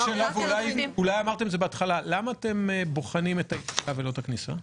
למה אתם בוחנים את היציאה ולא את הכניסה?